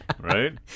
right